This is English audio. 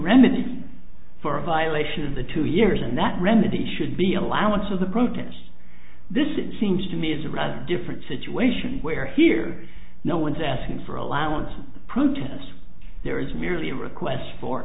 remedy for a violation of the two years and that remedy should be allowances of protest this it seems to me is a rather different situation where here no one's asking for allowance of protests there is merely a request for